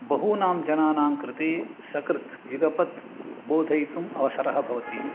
बहूनां जनानां कृते सकृत् युगपत् बोधयितुम् अवसरः भवति